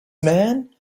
man